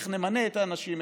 איך נמנה את האנשים,